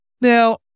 Now